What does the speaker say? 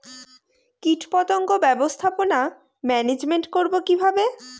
কীটপতঙ্গ ব্যবস্থাপনা ম্যানেজমেন্ট করব কিভাবে?